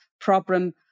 problem